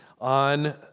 on